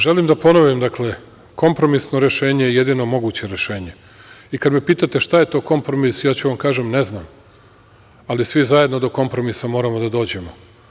Želim da ponovim – kompromisno rešenje je jedino moguće rešenje i kada me pitate šta je to kompromis, ja ću da vam kažem – ne znam, ali svi zajedno do kompromisa moramo da dođemo.